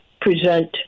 present